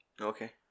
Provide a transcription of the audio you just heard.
okay